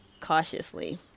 cautiously